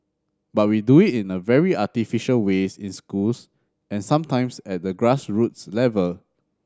but we do it in a very artificial way in schools and sometimes at the grassroots level